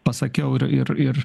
pasakiau ir ir ir